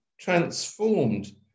transformed